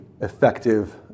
effective